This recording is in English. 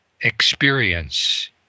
experience